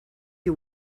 you